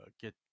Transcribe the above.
get